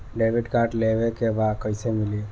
Debit card लेवे के बा कईसे मिली?